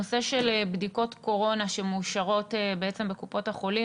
הנושא של בדיקות קורונה שמאושרות בקופות החולים,